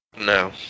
No